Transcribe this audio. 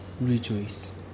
rejoice